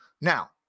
Now